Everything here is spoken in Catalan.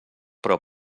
però